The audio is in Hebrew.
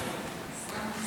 תכף, נשוב אליכם.